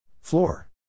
Floor